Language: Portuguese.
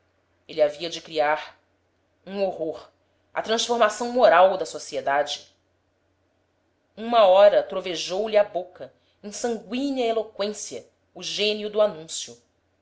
ele havia de criar um horror a transformação moral da sociedade uma hora trovejou lhe à boca em sangüínea eloqüência o gênio do anúncio